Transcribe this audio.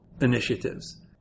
initiatives